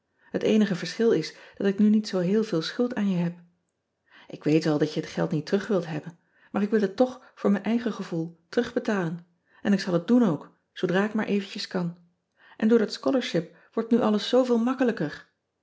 et eenige verschil is dat ik nu niet zoo heel veel schuld aan je heb k weet wel dat je het geld niet terug wilt hebben maar ik wil het och voor mijn eigen gevoel terugbetalen en ik zal het doen ook zoodra ik maar eventjes kan n door dat scholarship wordt nu alles zooveel makkelijker